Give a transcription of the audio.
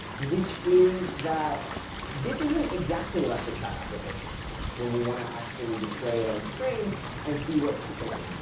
which is that this isn't exactly like the chat application when we want to actually display it on screen and see what's happening,